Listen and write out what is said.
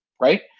right